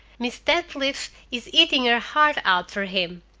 miss detliff is eating her heart out for him.